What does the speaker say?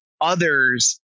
others